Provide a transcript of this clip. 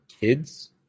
kids